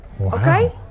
Okay